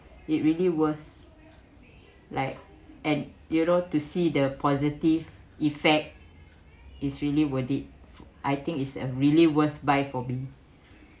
it really worth like and you know to see the positive effect is really worth it I think it's a really worth buy for me